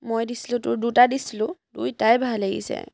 মই দিছিলো তোৰ দুটা দিছিলো দুইটাই ভাল আহিছে